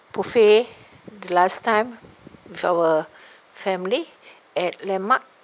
buffet the last time with our family at landmark